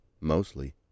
mostly